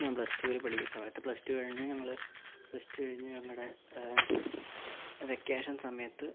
ഞാൻ പ്ലസ്ടുയിൽ പഠിക്കുന്ന സമയത്ത് പ്ലസ്ടു കഴിഞ്ഞ് ഞങ്ങൾ പ്ലസ്ടു കഴിഞ്ഞ് ഞങ്ങളുടെ വെക്കേഷൻ സമയത്ത്